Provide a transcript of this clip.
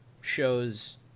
shows